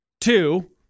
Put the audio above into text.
Two